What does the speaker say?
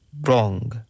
wrong